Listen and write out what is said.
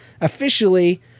Officially